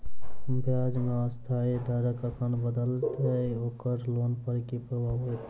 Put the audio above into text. ब्याज केँ अस्थायी दर कखन बदलत ओकर लोन पर की प्रभाव होइत?